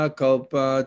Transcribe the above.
kalpa